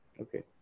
okay